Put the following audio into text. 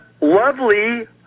lovely